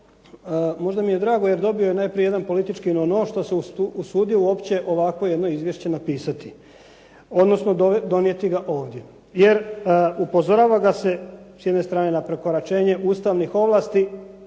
možda mi je drago, jer dobio je jedan politički …/Govornik se ne razumije./… što se usudio uopće ovakvo jedno izvješće napisati, odnosno donijeti ga ovdje, jer upozorava ga se s jedne strane na prekoračenje Ustavnih ovlasti,